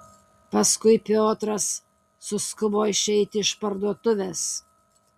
paskui piotras suskubo išeiti iš parduotuvės